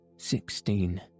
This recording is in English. Sixteen